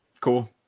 Cool